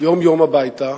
יום-יום הביתה,